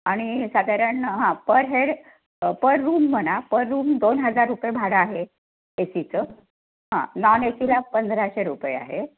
आणि साधारण हां पर हेड पर रूम म्हणा पर रूम दोन हजार रुपये भाडं आहे ए सीचं हां नॉन ए सीला पंधराशे रुपये आहे